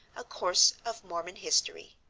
a course of mormon history